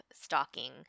stalking